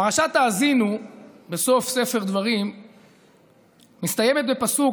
פרשת האזינו בסוף ספר דברים מסתיימת בפסוק,